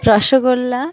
rasgulla